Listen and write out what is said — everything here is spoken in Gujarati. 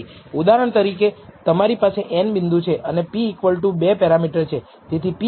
ઉદાહરણ તરીકે તમારી પાસે n બિંદુ છે અને p2 પેરામીટર છે